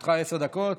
לרשותך עשר דקות,